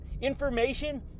Information